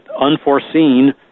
unforeseen